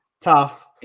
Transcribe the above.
Tough